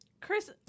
Chris